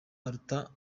aruta